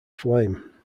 flame